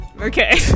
okay